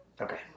Okay